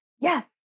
yes